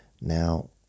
Now